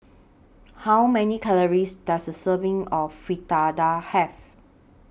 How Many Calories Does A Serving of Fritada Have